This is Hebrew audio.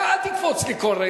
אתה, אל תקפוץ לי כל רגע.